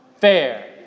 fair